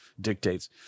dictates